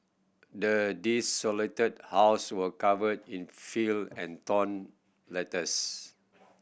the desolated house were covered in filth and torn letters